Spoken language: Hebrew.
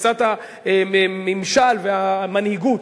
בתפיסת הממשל והמנהיגות.